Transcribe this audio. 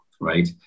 right